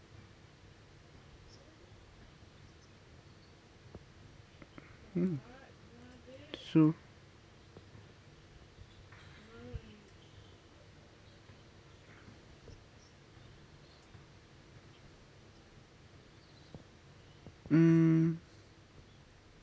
mm so mm